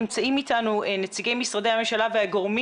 נמצאים איתנו נציגי משרדי הממשלה והגורמים